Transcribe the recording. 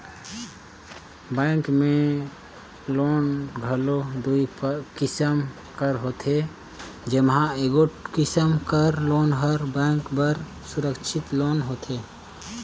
bank में loan घलो दुई किसिम कर होथे जेम्हां एगोट किसिम कर लोन हर बेंक बर सुरक्छित लोन होथे